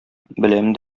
беләм